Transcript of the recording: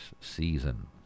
season